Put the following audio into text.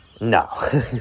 No